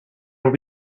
will